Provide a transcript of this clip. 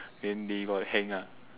then they got hang ah